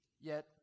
Yet